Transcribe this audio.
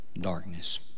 darkness